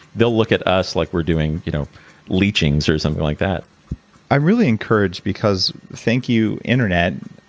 they'll look at us like we're doing you know leechings or something like that i really encourage. because thank you, internet.